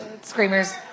Screamers